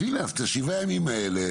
אז הנה את שבעת הימים האלה,